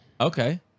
Okay